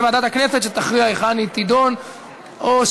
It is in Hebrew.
בעד, 56, נגד, 2, נמנעים, אין.